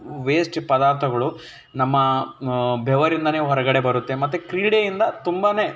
waste ಪದಾರ್ತಗಳು ನಮ್ಮ ಬೆವರಿಂದಾನೇ ಹೊರಗಡೆ ಬರುತ್ತೆ ಮತ್ತು ಕ್ರೀಡೆಯಿಂದ ತುಂಬಾ